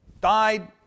died